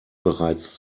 bereits